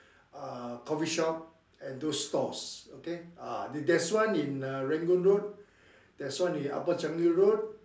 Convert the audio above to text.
uh coffee shop and those stalls okay ah there one in Rangoon road there's one in upper Changi road